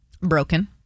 Broken